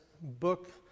book